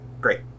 Great